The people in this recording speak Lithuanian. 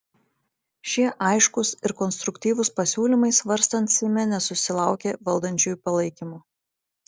šie aiškūs ir konstruktyvūs pasiūlymai svarstant seime nesusilaukė valdančiųjų palaikymo